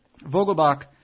Vogelbach